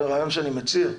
זה הרעיון שאני מציע,